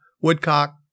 woodcock